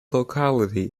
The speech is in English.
locality